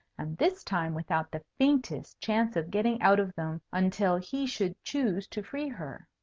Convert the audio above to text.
and this time without the faintest chance of getting out of them until he should choose to free her.